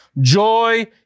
Joy